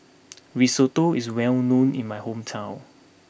Risotto is well known in my hometown